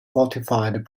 fortified